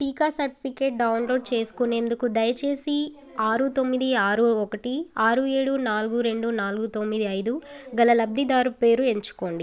టీకా certificate download చేసుకునేందుకు దయచేసి ఆరు తొమ్మిది ఆరు ఒకటి ఆరు ఏడు నాలుగు రెండు నాలుగు తొమ్మిది ఐదు గల లబ్ధిదారు పేరు ఎంచుకోండి